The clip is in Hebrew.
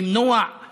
למנוע